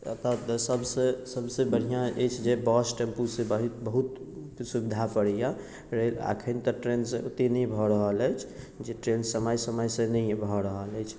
एतऽ के सबसे सबसे बढ़िआँ अछि जे बस टेम्पूसँ बहुत सुविधा पड़ैया रेल अखन तऽ ट्रेनसँ ओते नहि भऽ रहल अछि जे ट्रेन समय समयसँ नहि भऽ रहल अछि